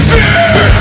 Beer